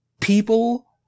people